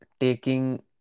taking